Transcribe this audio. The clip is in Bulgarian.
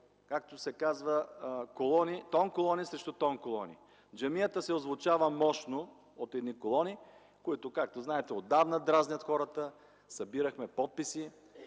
сложихме нашите колони – тонколони срещу тонколони! Джамията се озвучава мощно от едни колони, които както знаете – отдавна дразнят хората. Събирахме подписи